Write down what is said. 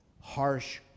harsh